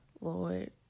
Lord